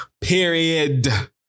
period